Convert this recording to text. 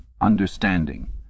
understanding